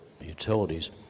utilities